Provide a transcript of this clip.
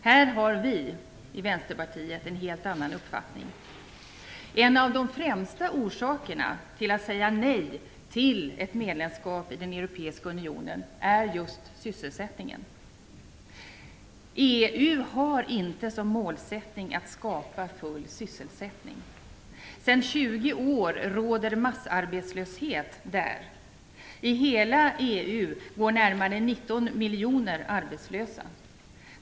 Här har vi i Vänsterpartiet en helt annan uppfattning. En av de främsta orsakerna till att säga nej till ett medlemskap i den europeiska unionen är just sysselsättningen. EU har inte som målsättning att skapa full sysselsättning. Sedan 20 år tillbaka råder massarbetslöshet där. I hela EU går närmare 19 miljoner människor arbetslösa.